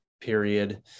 period